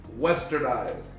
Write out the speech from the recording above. Westernized